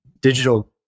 digital